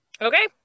Okay